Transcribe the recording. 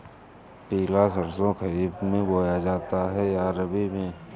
पिला सरसो खरीफ में बोया जाता है या रबी में?